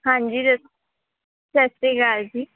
ਹਾਂਜੀ ਜ ਸਤਿ ਸ਼੍ਰੀ ਆਕਾਲ ਜੀ